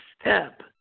step